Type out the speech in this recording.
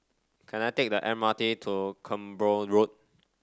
can I take the M R T to Cranborne Road